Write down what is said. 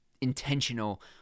intentional